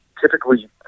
typically